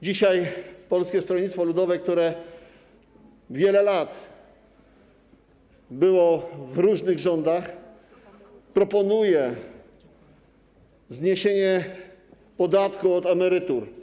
Dzisiaj Polskie Stronnictwo Ludowe, które wiele lat było w różnych rządach, proponuje zniesienie podatku od emerytur.